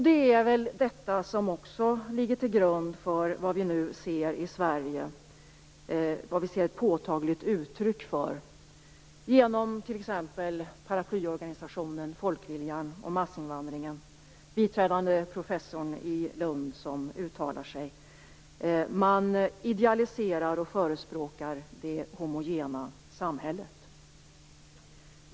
Det är också detta som ligger till grund för vad vi nu kan se ett påtagligt uttryck för i Sverige genom t.ex. paraplyorganisationen Folkviljan och massinvandringen och genom en biträdande professor i Lund som brukar uttala sig. Man idealiserar och förespråkar det homogena samhället.